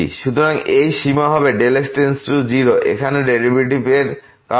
সুতরাং এই সীমা হবে x → 0 এখানে ডেরিভেটিভের কারণে এবং f